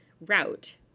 route